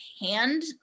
hand